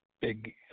big